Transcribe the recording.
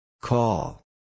Call